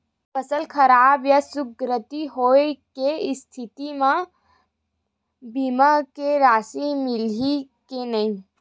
फसल खराब या सूखाग्रस्त होय के स्थिति म बीमा के राशि मिलही के नही?